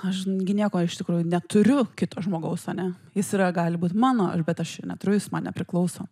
aš gi nieko iš tikrųjų neturiu kito žmogaus ane jis yra gali būt mano aš bet aš jo neturiu jis man nepriklauso